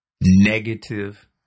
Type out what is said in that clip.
negative